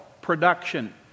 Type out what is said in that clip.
production